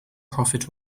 profit